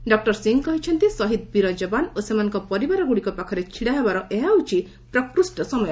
doctor Singh କହିଛନ୍ତି ଶହୀଦ ବୀର ଯବାନ ଓ ସେମାନଙ୍କ ପରିବାରଗୁଡ଼ିକ ପାଖରେ ଛିଡ଼ାହେବାର ଏହା ହେଉଛି ପ୍ରକୃଷ୍ଟ ସମୟ